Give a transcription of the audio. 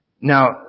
Now